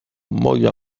moja